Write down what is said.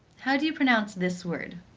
how do you pronounce this word?